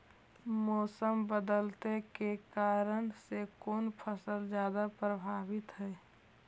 मोसम बदलते के कारन से कोन फसल ज्यादा प्रभाबीत हय?